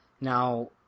Now